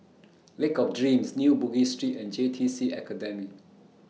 Lake of Dreams New Bugis Street and J T C Academy